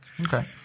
Okay